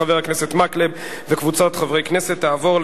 התשע"א 2011,